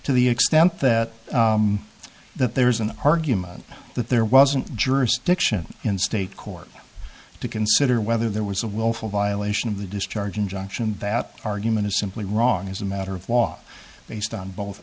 to the extent that that there's an argument that there wasn't jurisdiction in state court to consider whether there was a willful violation of the discharge injunction that argument is simply wrong as a matter of law based on both